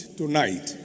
tonight